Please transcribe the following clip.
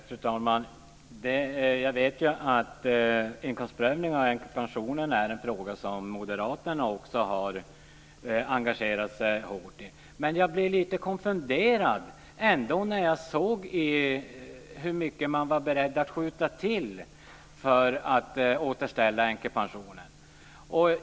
Fru talman! Jag vet att inkomstprövningen av änkepensionen är en fråga som också Moderaterna hårt har engagerat sig i. Jag blev ändå lite konfunderad när jag såg hur mycket man var beredd att skjuta till för att återställa änkepensionen.